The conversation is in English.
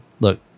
look